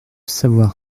savoir